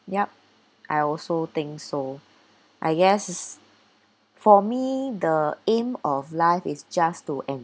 yup I also think so I guess for me the aim of life is just to